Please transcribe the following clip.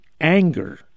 anger